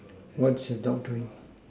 what's your dog doing